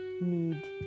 need